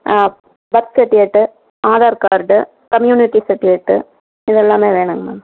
birth certificate Aadhaar card community certificate இதெல்லாமே வேணும்ங்க ma'am